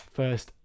first